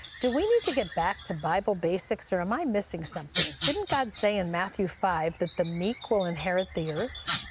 do we need to get back to bible basics or am i missing something? didn't god say in matthew five that the meek will inherit the earth?